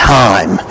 time